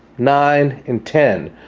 nine, and ten.